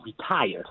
retired